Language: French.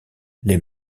les